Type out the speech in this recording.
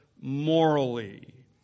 morally